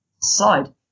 side